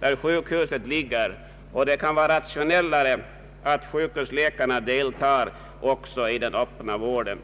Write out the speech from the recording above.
där sjukhuset ligger och där det kan vara rationellare att sjukhusläkarna deltar också i den s.k. öppna vården.